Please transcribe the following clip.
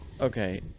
okay